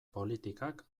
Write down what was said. politikak